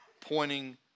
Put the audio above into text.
pointing